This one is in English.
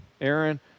Aaron